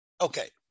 okay